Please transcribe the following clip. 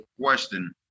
question